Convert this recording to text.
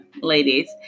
ladies